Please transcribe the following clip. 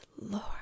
Lord